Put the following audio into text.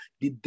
de